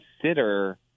consider